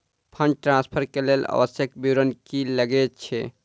Fund transfer केँ लेल आवश्यक विवरण की की लागै छै?